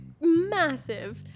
massive